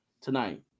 tonight